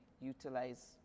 utilize